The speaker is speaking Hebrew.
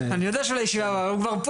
אני יודע שלישיבה הבאה אבל הוא כבר פה,